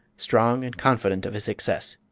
strong and confident of his success.